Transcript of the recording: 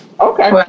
Okay